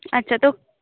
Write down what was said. আচ্ছা তো